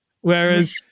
Whereas